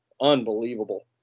unbelievable